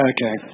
Okay